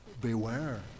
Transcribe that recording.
beware